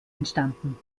entstanden